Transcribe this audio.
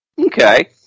Okay